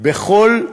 בכל לשון